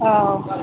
औ